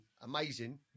amazing